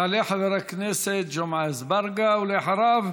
יעלה חבר הכנסת ג'מעה אזברגה, ואחריו,